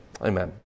Amen